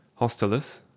Hostilus